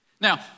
Now